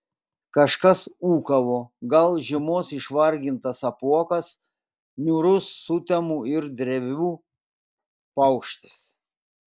kažkas ūkavo gal žiemos išvargintas apuokas niūrus sutemų ir drevių paukštis